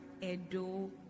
Edo